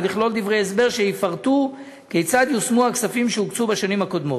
ולכלול דברי הסבר שיפרטו כיצד יושמו הקצאות הכספים בשנים הקודמות.